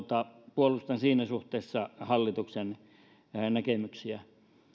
puolustan siinä suhteessa hallituksen näkemyksiä